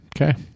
Okay